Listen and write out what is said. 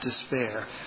despair